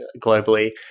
globally